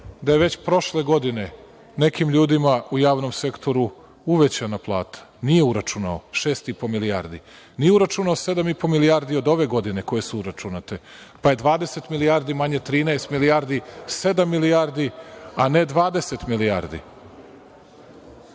da je već prošle godine nekim ljudima u javnom sektoru uvećana plata, nije uračunao šest i po milijardi. Nije uračunao sedam i po milijardi od ove godine koje su uračunate, pa je 20 milijardi manje 13 milijardi – sedam milijardi, a ne 20 milijardi.